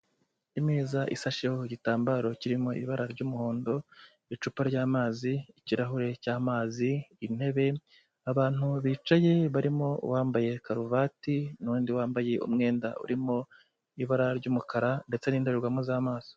Imeza isasheho igitambaro kirimo ibara ry'umuhondo, icupa ry'amazi, ikirahure cy'amazi, intebe, abantu bicaye barimo uwambaye karuvati n'undi wambaye umwenda urimo ibara ry'umukara ndetse n'indorerwamo z'amaso.